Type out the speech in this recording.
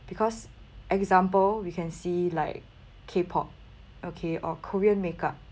because example we can see like K_pop okay or korean makeup